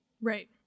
Right